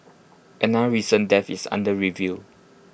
another recent death is under review